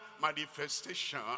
manifestation